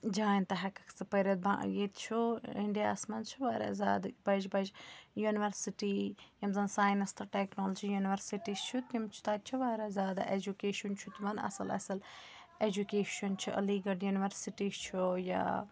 جایَن تہِ ہیٚکَکھ ژٕ پٔرِتھ ییٚتہِ چھُ اِنڈیاہَس منٛز چھِ واریاہ زیادٕ بَجہِ بَجہِ یونیورسِٹی یِم زَن ساینَس تہٕ ٹیکنالجی یونیورسِٹی چھِ تِم چھِ تَتہِ چھِ واریاہ زیادٕ ایجُکیشَن چھُ تِمن اَصٕل اَصٕل ایجُکیشَن چھِ علی گڑھ یونورسِٹی چھُ یا